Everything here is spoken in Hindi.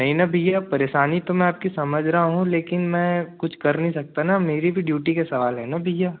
नहीं ना भैया परेशानी तो मैं आपकी समझ रहा हूँ लेकिन मैं कुछ कर नहीं सकता ना मेरी भी ड्यूटी का सवाल है ना भैया